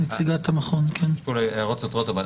יש פה הערות סותרות.